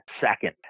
second